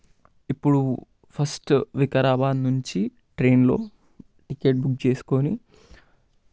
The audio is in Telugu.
ఇప్పుడు ఫస్ట్ వికారాబాద్ నుంచి ట్రైన్లో టికెట్ బుక్ చేసుకుని